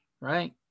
right